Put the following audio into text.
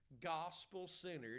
gospel-centered